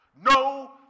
No